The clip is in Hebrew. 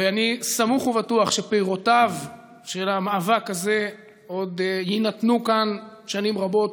ואני סמוך ובטוח שפירותיו של המאבק הזה עוד יינתנו כאן שנים רבות.